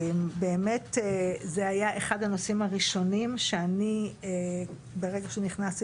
זה היה אחד הנושאים הראשונים אניף ברגע שנכנסתי